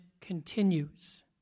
continues